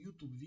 YouTube